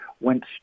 went